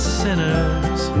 sinners